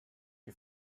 you